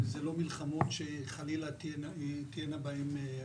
ואלו לא מלחמות שחלילה תהינה בהן,